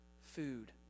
food